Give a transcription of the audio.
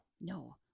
No